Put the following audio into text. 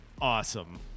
Awesome